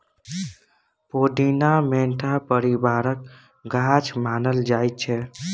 पोदीना mentha परिबारक गाछ मानल जाइ छै